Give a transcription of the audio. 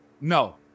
No